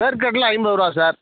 வேர்க்கடலை ஐம்பது ரூவா சார்